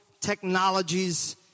technologies